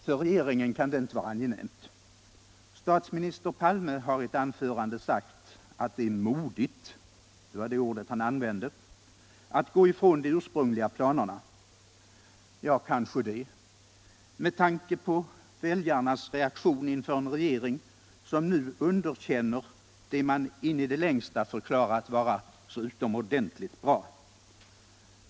För regeringen kan det inte vara angenämt. Statsminister Palme har i ett anförande sagt att det är modigt — det var det ordet han använde — att gå ifrån de ursprungliga planerna. Ja, kanske det, med tanke på väljarnas reaktion inför en regering som nu underkänner det man i det längsta förklarat vara så utomordentligt bra.